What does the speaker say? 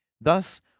Thus